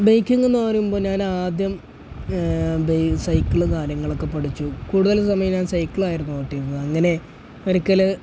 biking എന്നു പറയുമ്പോൾ ഞാൻ ആദ്യം ബൈസൈക്കിള് കാര്യങ്ങളൊക്കെ പഠിച്ചു കൂടുതൽ സമയം ഞാൻ സൈക്കിളായിരുന്നു ഓട്ടിയിരുന്നത് അങ്ങനെ ഒരിക്കൽ